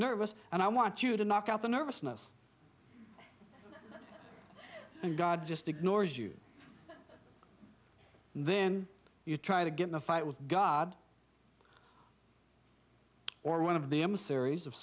nervous and i want you to knock out the nervousness and god just ignores you and then you try to get in a fight with god or one of the emissaries of